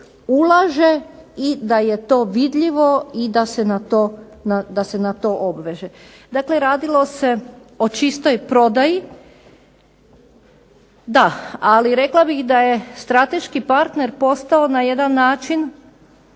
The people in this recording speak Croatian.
ulaže i da je to vidljivo i da se na to obveže. Dakle radilo se o čistoj prodaji, da ali rekla bih da je strateški partner postao na jedan način,